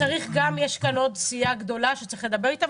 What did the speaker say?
אבל יש כאן עוד סיעה גדולה שצריך לדבר איתה.